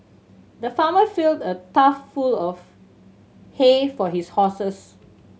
the farmer filled a trough full of hay for his horses